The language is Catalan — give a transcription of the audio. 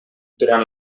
durant